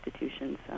institutions